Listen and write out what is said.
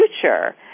future